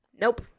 Nope